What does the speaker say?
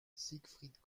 siegfried